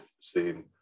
seen